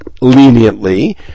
leniently